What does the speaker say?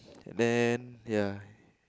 and then yeah